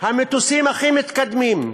המטוסים הכי מתקדמים,